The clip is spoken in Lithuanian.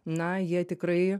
na jie tikrai